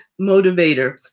Motivator